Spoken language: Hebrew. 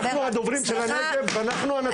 אנחנו הדוברים של הנגב ואנחנו הנציגים של הנגב.